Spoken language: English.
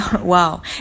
Wow